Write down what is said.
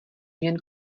jen